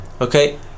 Okay